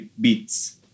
beats